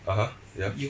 (uh huh) ya